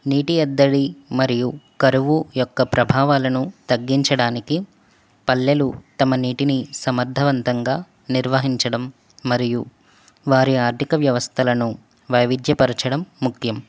నీటి ఎద్దడి మరియు కరువు యొక్క ప్రభావాలను తగ్గించడానికి పల్లెలు తమ నీటిని సమర్థవంతంగా నిర్వహించడం మరియు వారి ఆర్థిక వ్యవస్థలను వైవిద్య పరచడం ముఖ్యం